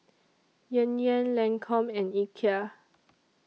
Yan Yan Lancome and Ikea